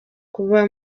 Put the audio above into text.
kuba